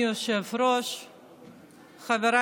הצעת חוק מרשם האוכלוסין (תיקון,